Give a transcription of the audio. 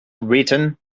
written